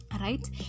Right